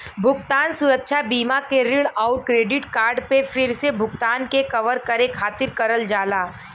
भुगतान सुरक्षा बीमा के ऋण आउर क्रेडिट कार्ड पे फिर से भुगतान के कवर करे खातिर करल जाला